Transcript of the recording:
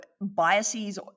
biases